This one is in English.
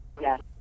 Yes